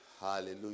hallelujah